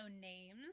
names